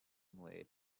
away